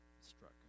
Struck